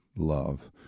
love